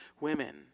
women